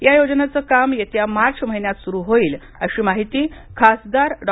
या योजनेचं काम येत्या मार्च महिन्यात सुरू होईल अशी माहिती खासदार डॉ